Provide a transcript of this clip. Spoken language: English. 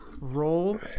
roll